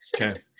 Okay